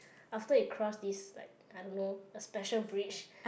after you cross this like I don't know a special bridge